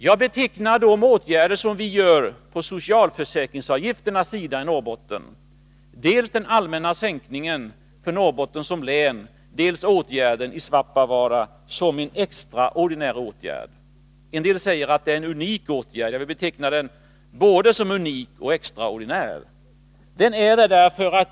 Jag betecknar de åtgärder för Norrbotten som vi vidtar på socialförsäkringsavgifternas sida — dels den allmänna sänkningen för Norrbotten som län, dels åtgärden i Svappavaara — som en extraordinär åtgärd. En del säger att det är en unik åtgärd. Jag vill beteckna den som både unik och extraordinär.